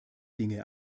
dinge